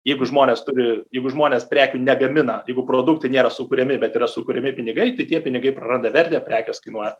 jeigu žmonės turi jeigu žmonės prekių negamina jeigu produktai nėra sukuriami bet yra sukuriami pinigai tai tie pinigai praranda vertę prekės kainuoja